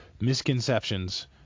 misconceptions